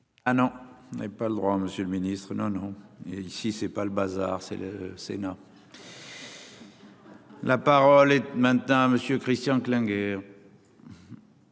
Ah non, on n'avait pas le droit. Monsieur le Ministre, non non et ici c'est pas le bazar c'est le Sénat. La parole est maintenant à monsieur Christian Klinger.